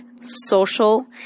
social